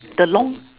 the long